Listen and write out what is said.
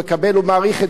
הוא מעריך את זה יותר.